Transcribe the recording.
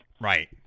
Right